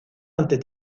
antes